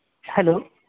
hello